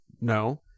no